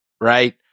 Right